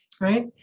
right